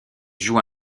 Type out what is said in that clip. joue